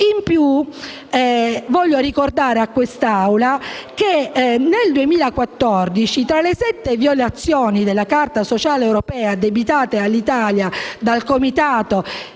Inoltre, voglio ricordare a quest'Assemblea che nel 2014 tra le sette violazioni della Carta sociale europea addebitate all'Italia dal Comitato